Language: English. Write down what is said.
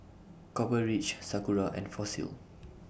Copper Ridge Sakura and Fossil